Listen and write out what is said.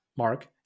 Mark